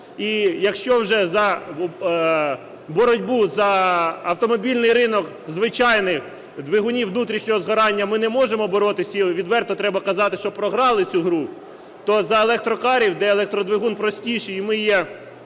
І якщо вже за боротьбу за автомобільний ринок звичайних двигунів внутрішнього згорання ми не можемо боротися, відверто треба казати, що програли цю гру, то за електрокари, де електродвигун простіший, і ми є